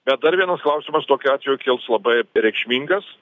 bet dar vienas klausimas tokiu atveju kils labai reikšmingas